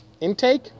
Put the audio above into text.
intake